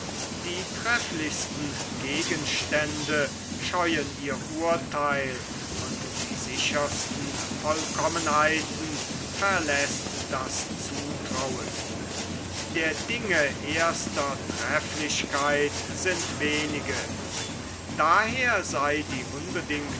die trefflichsten gegenstände scheuen ihr urtheil und die sichersten vollkommenheiten verläßt das zutrauen der dinge erster trefflichkeit sind wenige daher sei die unbedingte